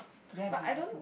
but I don't